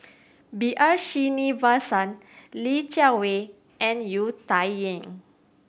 B R Sreenivasan Li Jiawei and You Tsai Yen